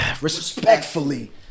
Respectfully